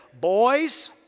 Boys